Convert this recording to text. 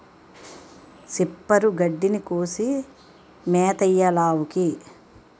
సిప్పరు గడ్డిని కోసి మేతెయ్యాలావుకి